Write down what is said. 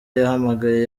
yahamagaye